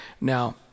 Now